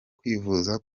kwivuza